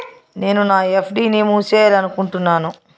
నేను నా ఎఫ్.డి ని మూసేయాలనుకుంటున్నాను